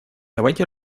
давайте